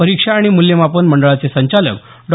परीक्षा आणि मूल्यमापन मंडळाचे संचालक डॉ